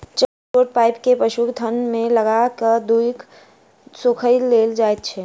चारि गोट पाइप के पशुक थन मे लगा क दूध सोइख लेल जाइत छै